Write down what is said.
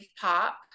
pop